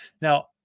Now